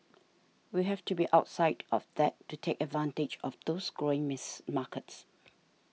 we have to be outside of that to take advantage of those growing miss markets